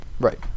Right